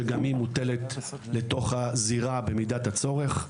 שגם היא מוטלת לתוך הזירה במידת הצורך.